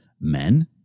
Men